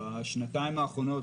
בשנתיים האחרונות,